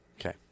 Okay